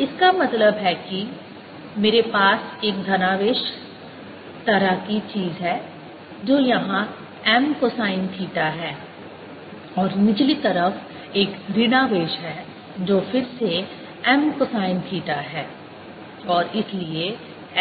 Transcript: इसका मतलब है कि मेरे पास एक धनावेश तरह की चीज़ है जो यहाँ m कोसाइन थीटा है और निचली तरफ एक ऋणावेश है जो फिर से m कोसाइन थीटा है और इसलिए